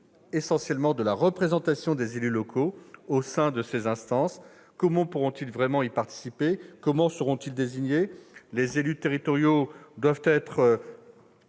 essentiellement de la représentation des élus locaux au sein de ses instances. Comment pourront-ils y participer ? Comment seront-ils désignés ? Les élus territoriaux doivent être